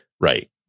right